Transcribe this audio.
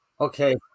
Okay